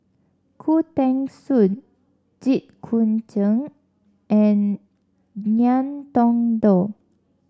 Khoo Teng Soon Jit Koon Cheng and Ngiam Tong Dow